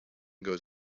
goes